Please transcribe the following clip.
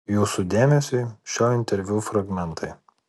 jūsų dėmesiui šio interviu fragmentai